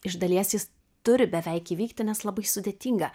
iš dalies jis turi beveik įvykti nes labai sudėtinga